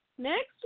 Next